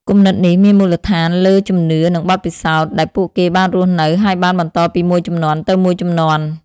គំនិតនេះមានមូលដ្ឋានលើជំនឿនិងបទពិសោធន៍ដែលពួកគេបានរស់នៅ ហើយបានបន្តពីមួយជំនាន់ទៅមួយជំនាន់។